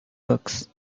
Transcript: books